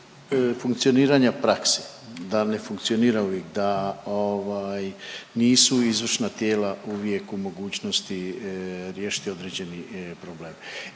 funkcioniranja prakse, da ne funkcionira uvijek, da ovaj nisu izvršna tijela uvijek u mogućnosti riješiti određeni problem